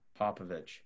Popovich